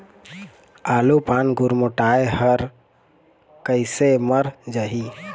आलू पान गुरमुटाए हर कइसे मर जाही?